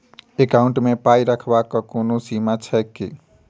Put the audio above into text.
Account मे पाई रखबाक कोनो सीमा छैक की?